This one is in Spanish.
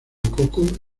coco